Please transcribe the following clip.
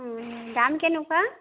দাম কেনেকুৱা